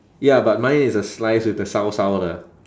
ya but mine is a slice with the 烧烧的